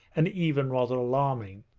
and even rather alarming.